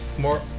More